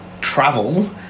travel